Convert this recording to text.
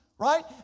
Right